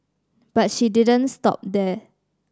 but she didn't stop there